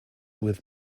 with